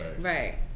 Right